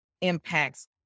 impacts